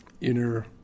inner